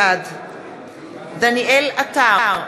בעד דניאל עטר,